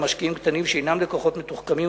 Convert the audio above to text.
משקיעים קטנים שאינם לקוחות מתוחכמים,